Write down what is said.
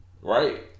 Right